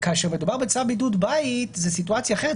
כאשר מדובר בצו בידוד בית זו סיטואציה אחרת,